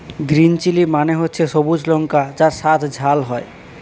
green chilli মানে হচ্ছে সবুজ লঙ্কা যার স্বাদ ঝাল হয়